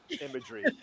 imagery